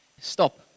Stop